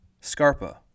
Scarpa